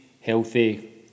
healthy